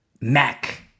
Mac